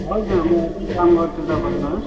हजुर म त्यहीँ काम गर्छु त भन्नुहोस्